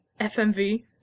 FMV